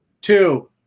Two